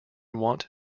want